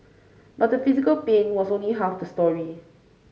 but the physical pain was only half the story